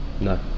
No